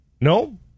No